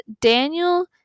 Daniel